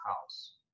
house